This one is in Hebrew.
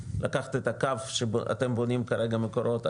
לקחת את הקו שאתם בונים כרגע מקורות,